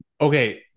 Okay